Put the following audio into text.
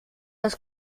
das